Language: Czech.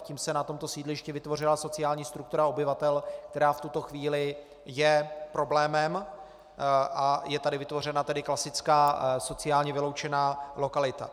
Tím se na tomto sídlišti vytvořila sociální struktura obyvatel, která v tuto chvíli je problémem, a je tady vytvořena klasická sociálně vyloučená lokalita.